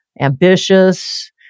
ambitious